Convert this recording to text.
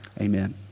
amen